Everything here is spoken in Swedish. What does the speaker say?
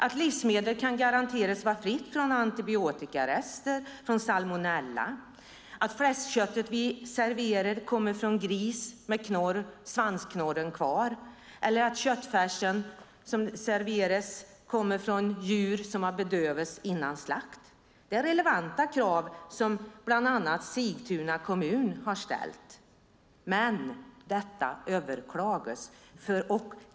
Att livsmedel kan garanteras vara fritt från antibiotikarester och från salmonella, att det fläskkött vi serverar kommer från grisar med svansknorren kvar eller att den köttfärs som serveras kommer från djur som har bedövats före slakt - allt detta är relevanta krav som bland andra Sigtuna kommun har ställt. Men detta överklagas.